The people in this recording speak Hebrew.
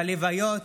בלוויות,